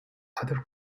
other